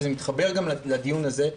וזה מתחבר גם לדיון הזה,